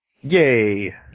Yay